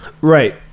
Right